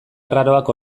arraroak